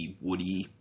woody